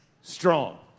strong